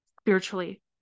spiritually